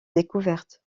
découverte